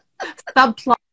Subplot